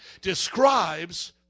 describes